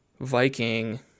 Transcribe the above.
Viking